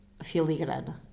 filigrana